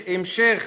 המשך